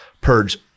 purge